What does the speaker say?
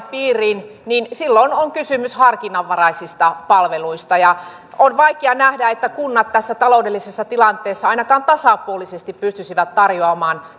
piiriin on kysymys harkinnanvaraisista palveluista ja on vaikea nähdä että kunnat tässä taloudellisessa tilanteessa ainakaan tasapuolisesti pystyisivät tarjoamaan